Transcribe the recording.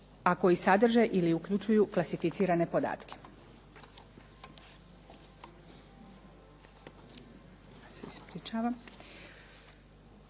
a koji sadrže ili uključuju klasificirane podatke.